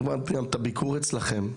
לא אשכח את הביקור אצלכם,